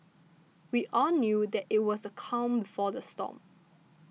we all knew that it was the calm before the storm